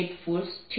અહીં minus sign છે